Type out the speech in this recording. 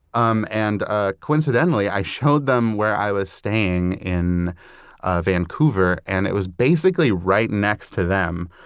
um and ah coincidentally, i showed them where i was staying in vancouver, and it was basically right next to them.